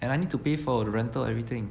and I need to pay for the rental everything